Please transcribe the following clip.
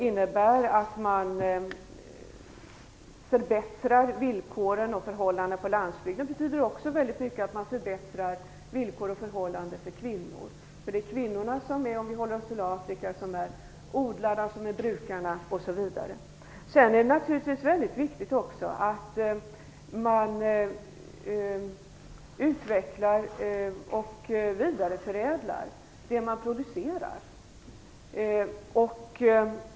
Insatser för att förbättra villkoren och förhållandena på landsbygden innebär att man också förbättrar villkoren och förhållandena för kvinnor. I Afrika är det kvinnorna som är odlarna osv. Sedan är det naturligtvis väldigt viktigt att man utvecklar och vidareförädlar det man producerar.